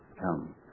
come